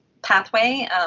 pathway